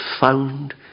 found